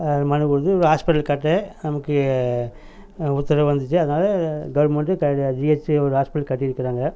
மனுக்கொடுத்து hospital கட்ட நமக்கு உத்தரவு வந்துச்சு அதனால் கவுர்மெண்ட்டு ஜிஹெச்சி ஒரு ஹாஸ்பிட்டலு கட்டிருக்கிறாங்க